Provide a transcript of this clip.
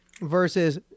versus